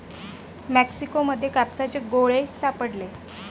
Mexico मध्ये कापसाचे गोळे सापडले